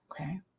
Okay